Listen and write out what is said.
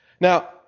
Now